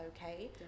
okay